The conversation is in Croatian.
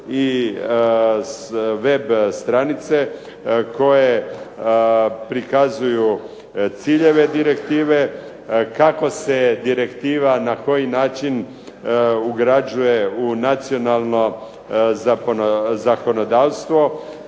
i web stranice koje prikazuju ciljeve direktive, kako se direktiva na koji način ugrađuje u nacionalno zakonodavstvo,